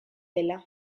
dela